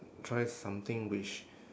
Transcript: try something which